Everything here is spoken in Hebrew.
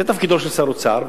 זה תפקידו של שר אוצר,